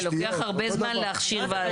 זה לוקח הרבה זמן להכשיר.